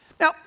Now